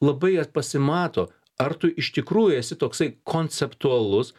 labai jie pasimato ar tu iš tikrųjų esi toksai konceptualus